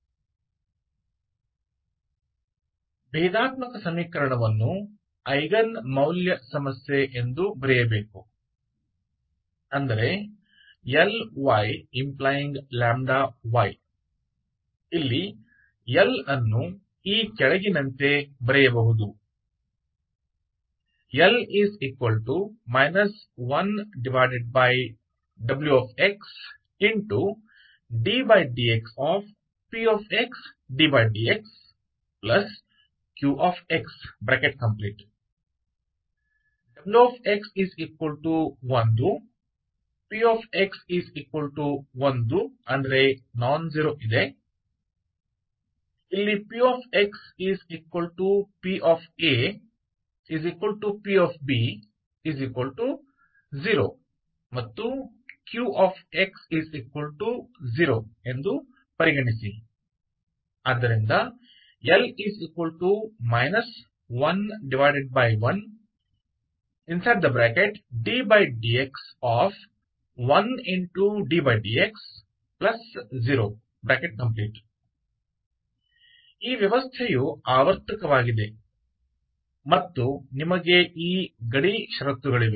differential equation को eigen मूल्य समस्या के रूप में लिखा जाना है अर्थात Lyλy जहां L को इस प्रकार दिया गया है L 1w ddx pxddxq ले रहा है wx1 px1 non zero यहां pxpapb0 and qx0 यहां हमें मिलता है L 11 ddx 1ddx0 system periodic है और आपके पास यह सीमा शर्ते हैं